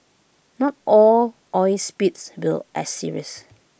not all oil spills were as serious